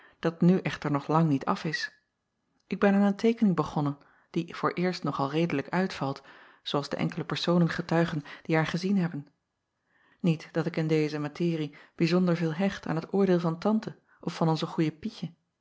dat nu echter nog lang niet af is k ben aan een teekening begonnen die vooreerst nog al redelijk uitvalt zoo als de acob van ennep laasje evenster delen enkele personen getuigen die haar gezien hebben iet dat ik in deze materie bijzonder veel hecht aan het oordeel van ante of van onze